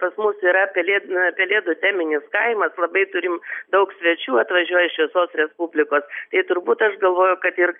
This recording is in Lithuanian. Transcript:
pas mus yra pelėd pelėdų terminis kaimas labai turim daug svečių atvažiuoja iš visos respublikos tai turbūt aš galvoju kad ir